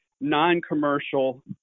non-commercial